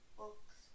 books